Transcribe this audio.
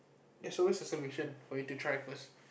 there's always a solution for you to try first